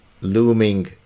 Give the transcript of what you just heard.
looming